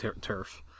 turf